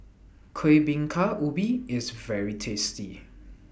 Kueh Bingka Ubi IS very tasty